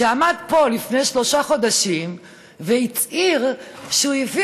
שעמד פה לפני שלושה חודשים והצהיר שהוא הביא